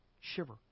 shiver